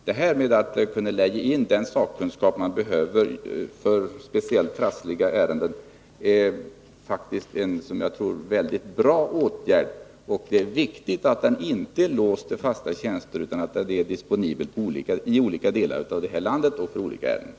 Att ge möjligheter att lägga in den sakkunskap man behöver för speciellt trassliga ärenden tror jag är en mycket bra åtgärd. Det Nr 99 är viktigt att man inte låser resurserna till fasta tjänster utan kan göra dem